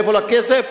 מאיפה הכסף?